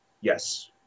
Yes